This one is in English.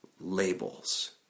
labels